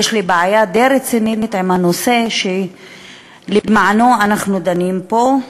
יש לי בעיה די רצינית עם הנושא שבו אנחנו דנים פה,